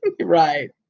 Right